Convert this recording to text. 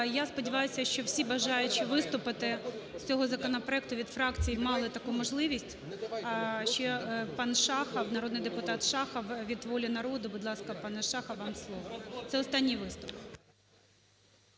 Я сподіваюся, що всі бажаючі виступити з цього законопроекту від фракцій мали таку можливість. Ще пан Шахов, народний депутат Шахов від "Волі народу". Будь ласка, пане Шахов, вам слово. Це останній виступ.